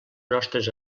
nostres